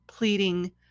pleading